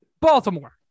Baltimore